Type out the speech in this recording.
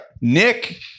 Nick